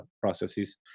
processes